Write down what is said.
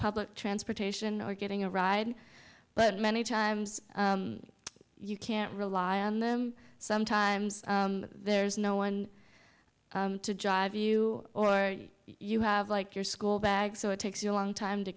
public transportation or getting a ride but many times you can't rely on them sometimes there's no one to drive you or you have like your school bag so it takes you a long time to